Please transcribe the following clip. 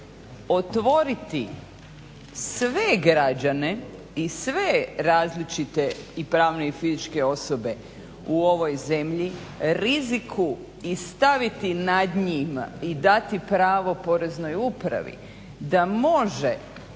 otvoriti sve građane i sve različite i pravne i fizičke osobe u ovoj zemlji riziku i staviti nad njim i dati pravo Poreznoj upravi da može